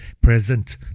present